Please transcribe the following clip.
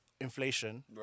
inflation